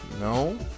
No